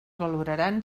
valoraran